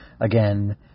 again